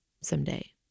someday